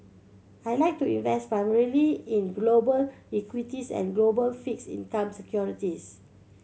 I like to invest primarily in global equities and global fixed income securities